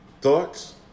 thoughts